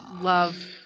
love